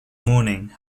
morning